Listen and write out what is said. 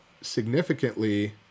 significantly